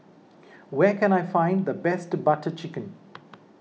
where can I find the best Butter Chicken